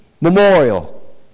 memorial